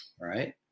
right